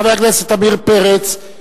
חבר הכנסת עמיר פרץ,